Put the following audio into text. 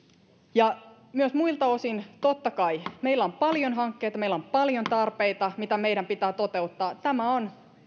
myös muilta osin totta kai meillä on paljon hankkeita meillä on paljon tarpeita mitä meidän pitää toteuttaa tämä on